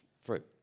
fruit